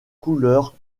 couleur